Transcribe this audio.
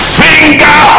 finger